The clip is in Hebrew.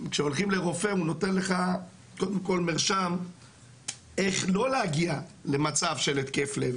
כשהולכים לרופא הוא נותן לך קודם כל מרשם איך לא להגיע למצב של התקף לב,